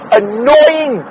annoying